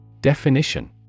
Definition